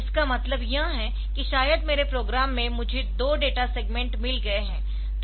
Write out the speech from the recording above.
इसका मतलब यह है कि शायद मेरे प्रोग्राम में मुझे दो डेटा सेगमेंट मिल गए है